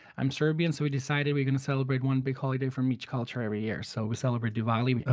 i'm serbian, so we decided we're going to celebrate one big holiday from each culture every year. so we celebrate diwali,